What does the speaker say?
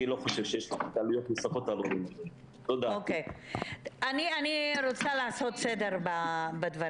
אני לא חושב --- אני רוצה לעשות סדר בדברים.